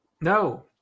No